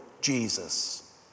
Jesus